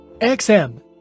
XM